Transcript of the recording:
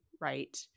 right